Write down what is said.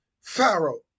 Pharaoh